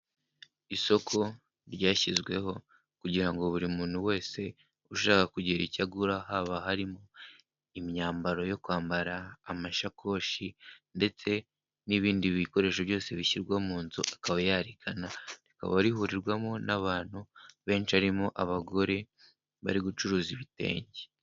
Isoko ryashyizweho kugira ngo buri muntu wese ushaka kugira icyo agura haba harimo imyambaro yo kwambara, amashakoshi ndetse n'ibindi bikoresho byose bishyirwa mu nzu akaba yarigana, rikaba rihurirwamo n'abantu benshi harimo abagore bari gucuruza ibitenge.